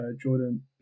Jordan